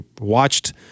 watched